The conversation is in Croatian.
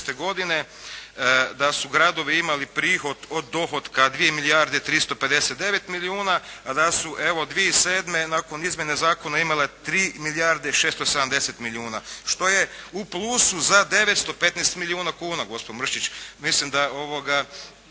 godine da su gradovi imali prihod od dohotka 2 milijarde 350 milijuna, a da su evo 2007. nakon izmjene zakona imale 3 milijarde i 670 milijuna što je u plusu za 915 milijuna kuna, gospodine Mršić. Mislim da,